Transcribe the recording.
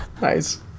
nice